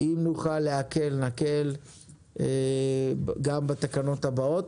אם נוכל להקל נקל גם בתקנות הבאות,